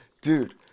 dude